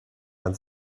man